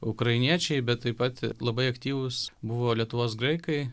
ukrainiečiai bet taip pat labai aktyvūs buvo lietuvos graikai